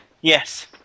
Yes